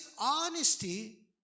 honesty